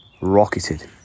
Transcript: rocketed